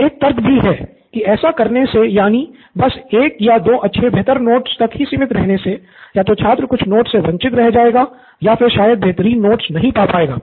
इसमें एक तर्क भी है कि ऐसा करने से यानि बस एक या दो अच्छे बेहतर नोट्स तक ही सीमित रहने से या तो छात्र कुछ नोट्स से वंचित रह जाएगा या फिर शायद बेहतरीन नोट्स नहीं पा पाएगा